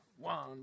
One